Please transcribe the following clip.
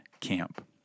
camp